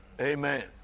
Amen